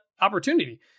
opportunity